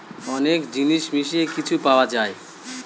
অনেক জিনিস মিশিয়ে কিছু পাওয়া যায়